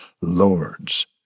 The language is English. Lords